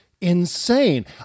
insane